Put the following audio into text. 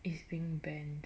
is being banned